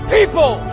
People